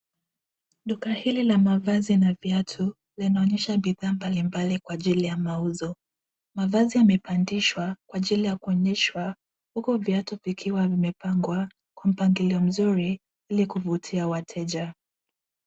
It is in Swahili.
Duka hili la mavazi na viatu vinaonyesha bidhaa mbalimbali kwa ajili ya mauzo. Mavazi yamepandishwa kwa ajili ya kuonyeshwa huku viatu vikiwa vimepangwa kwa mpangilio mzuri ili kuvutia wateja.